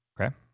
Okay